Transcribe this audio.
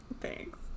Thanks